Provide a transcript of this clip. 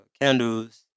Candles